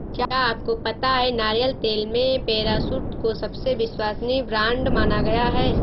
क्या आपको पता है नारियल तेल में पैराशूट को सबसे विश्वसनीय ब्रांड माना गया है?